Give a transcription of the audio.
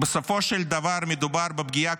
בסופו של דבר מדובר בפגיעה